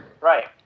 right